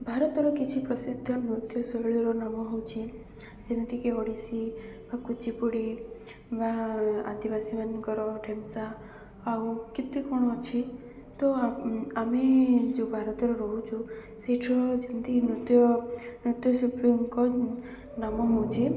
ଭାରତର କିଛି ପ୍ରସିଦ୍ଧ ନୃତ୍ୟଶୈଳୀର ନାମ ହେଉଛି ଯେମିତିକି ଓଡ଼ିଶୀ ବା କୁଚିପୁଡ଼ି ବା ଆଦିବାସୀ ମାନଙ୍କର ଢେମ୍ସା ଆଉ କେତେ କ'ଣ ଅଛି ତ ଆମେ ଯେଉଁ ଭାରତରେ ରହୁଛୁ ସେଇଠିର ଯେମିତି ନୃତ୍ୟ ନୃତ୍ୟଶିଳ୍ପୀଙ୍କ ନାମ ହେଉଛି